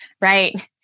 Right